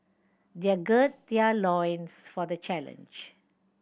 they are gird their loins for the challenge